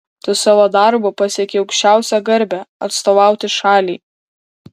tu savo darbu pasiekei aukščiausią garbę atstovauti šaliai